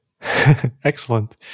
Excellent